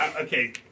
okay